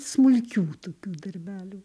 smulkių tokių darbelių